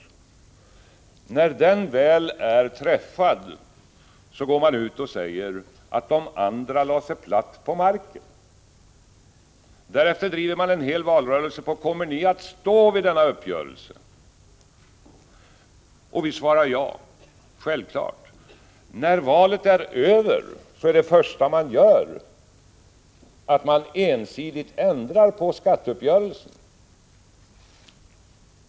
När den väl är träffad, går man ut och säger att de andra lade sig platt på marken. Därefter driver man i en hel valrörelse frågan: Kommer ni att stå fast vid denna uppgörelse? Vi svarar ja, självfallet. När valet är över är det första socialdemokraterna gör att ensidigt ändra på skatteuppgörelsen.